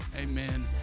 amen